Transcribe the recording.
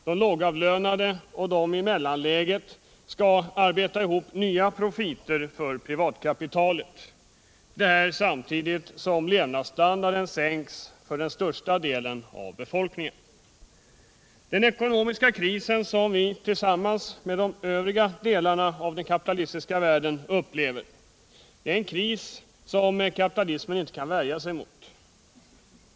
De lågavlönade och de i mellanläget skall arbeta ihop nya profiter för privatkapitalet — detta samtidigt som levnadsstandarden sänks för den största delen av Den ekonomiska kris som vi tillsammans med övriga delar av den kapitalistiska världen upplever är en kris som kapitalismen inte kan värja sig emot.